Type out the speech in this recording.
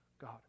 God